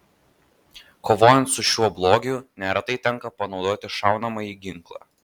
kovojant su šiuo blogiu neretai tenka panaudoti šaunamąjį ginklą